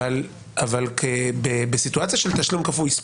אבל בסיטואציה של תשלום כפוי,